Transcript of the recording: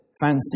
Fancy